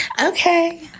Okay